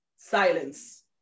silence